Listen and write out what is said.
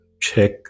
check